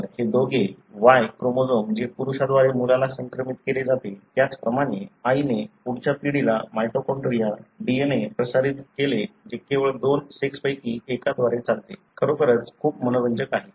तर हे दोघे की Y क्रोमोझोम जे पुरुषाद्वारे मुलाला संक्रमित केले जाते त्याचप्रमाणे आईने पुढच्या पिढीला माइटोकॉन्ड्रियल DNA प्रसारित केले जे केवळ दोन सेक्सपैकी एकाद्वारे चालते खरोखरच खूप मनोरंजक आहे